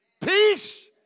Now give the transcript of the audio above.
peace